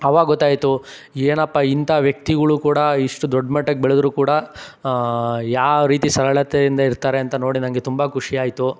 ಆವಾಗ ಗೊತ್ತಾಯ್ತು ಏನಪ್ಪ ಇಂಥ ವ್ಯಕ್ತಿಗಳು ಕೂಡ ಇಷ್ಟು ದೊಡ್ಡ ಮಟ್ಟಕ್ಕೆ ಬೆಳೆದರೂ ಕೂಡ ಯಾವ ರೀತಿ ಸರಳತೆಯಿಂದ ಇರುತ್ತಾರೆ ಅಂತ ನೋಡಿ ನನಗೆ ತುಂಬ ಖುಷಿಯಾಯ್ತು